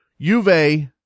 Juve